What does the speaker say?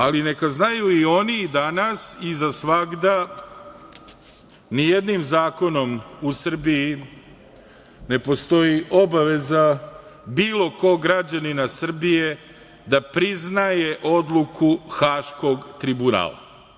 Ali, neka znaju i oni danas i za svagda da ni jednim zakonom u Srbiji ne postoji obaveza bilo kog građanina Srbije da priznaje odluku Haškog tribunala.